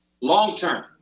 long-term